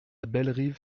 bellerive